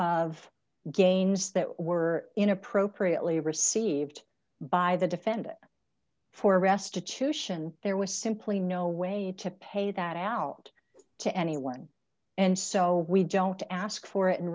of games that were in appropriately received by the defendant for restitution there was simply no way to pay that out to anyone and so we don't ask for it